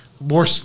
more